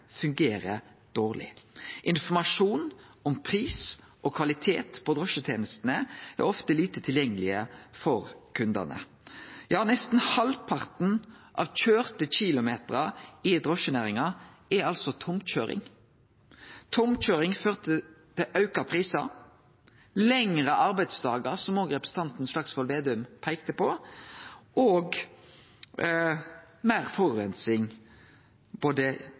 fungerer dårleg. Informasjon om pris og kvalitet på drosjetenestene er ofte lite tilgjengeleg for kundane. Nesten halvparten av køyrde kilometer i drosjenæringa er tomkøyring. Tomkøyring fører til auka prisar, lengre arbeidsdagar, som òg representanten Slagsvold Vedum peikte på, og meir